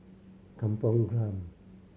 Kampong Glam